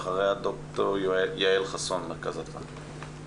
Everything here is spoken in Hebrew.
ואחריה ד"ר יעל חסון ממרכז אדווה.